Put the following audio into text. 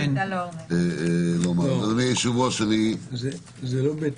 מר בגין, זה חלק